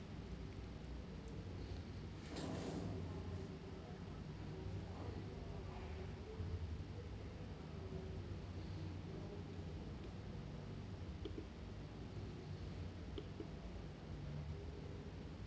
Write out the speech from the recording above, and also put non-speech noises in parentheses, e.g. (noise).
(breath)